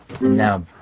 Now